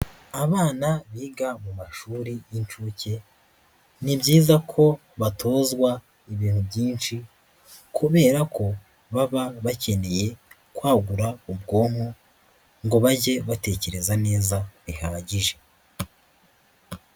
Abana biga mu mashuri y'inshuke ni byiza ko batozwa ibintu byinshi kubera ko baba bakeneye kwagura ubwonko ngo bajye batekereza neza bihagije.